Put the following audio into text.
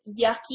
yucky